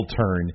turn